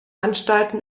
anstalten